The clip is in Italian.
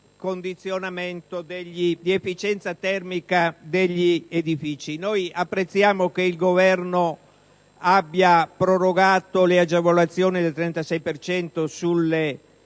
in materia di efficienza termica degli edifici. Apprezziamo che il Governo abbia prorogato le agevolazioni del 36 per